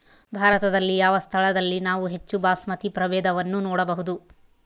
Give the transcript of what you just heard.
ಭಾರತದಲ್ಲಿ ಯಾವ ಸ್ಥಳದಲ್ಲಿ ನಾವು ಹೆಚ್ಚು ಬಾಸ್ಮತಿ ಪ್ರಭೇದವನ್ನು ನೋಡಬಹುದು?